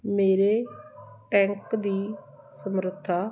ਮੇਰੇ ਟੈਂਕ ਦੀ ਸਮਰੱਥਾ